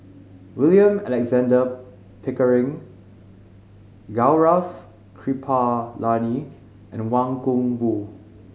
William Alexander Pickering Gaurav Kripalani and Wang Gungwu